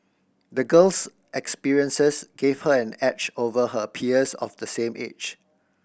the girl's experiences gave her an edge over her peers of the same age